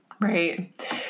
Right